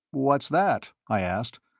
what's that? i asked.